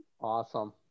Awesome